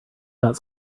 got